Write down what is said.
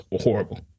horrible